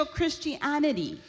Christianity